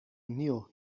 neil